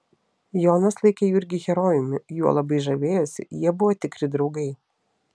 jonas laikė jurgį herojumi juo labai žavėjosi jie buvo tikri draugai